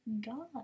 God